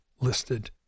Listed